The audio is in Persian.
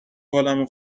حالمو